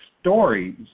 stories